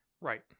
right